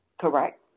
Correct